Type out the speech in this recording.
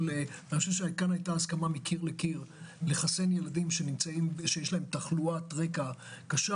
כאן היתה הסכמה מקיר לקיר לחסן ילדים שיש להם תחלואת רקע קשה